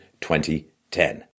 2010